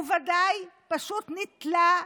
הוא ודאי פשוט נקלע,